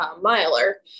miler